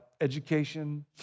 education